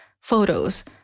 photos